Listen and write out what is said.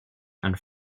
and